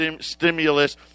stimulus